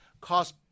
cost